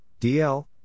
DL